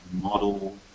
model